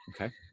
Okay